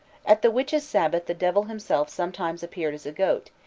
at the witches' sabbath the devil himself sometimes appeared as a goat,